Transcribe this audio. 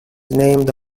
named